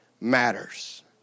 matters